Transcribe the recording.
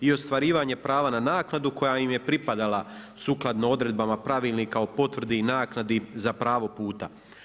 I ostvarivanje prava na naknadu koja im je pripadala sukladno odredbama Pravilnika o potvrdi i naknadi za pravo puta.